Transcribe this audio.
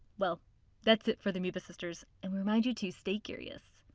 well that's it for the amoeba sisters, and we remind you to stay curious!